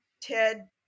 Ted